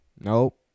Nope